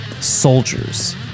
Soldiers